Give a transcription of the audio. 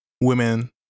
women